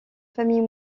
famille